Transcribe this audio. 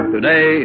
Today